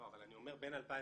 לא, אבל אני אומר, בין 2002